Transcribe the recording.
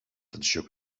tensió